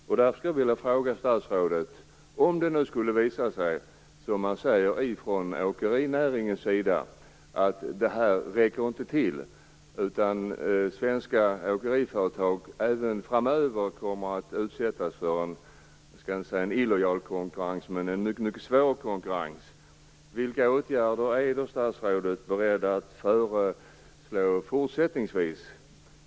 Därför skulle jag vilja fråga statsrådet: Om det skulle visa sig, som man säger från åkerinäringens sida, att det här förslaget inte räcker till, utan att svenska åkeriföretag även framöver kommer att utsättas för en, jag skall inte säga illojal, men mycket svår konkurrens, vilka åtgärder är statsrådet beredd att föreslå fortsättningsvis?